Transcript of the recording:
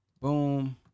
boom